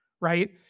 right